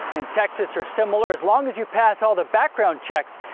in texas are similar, as long as you pass all the background checks,